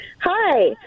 Hi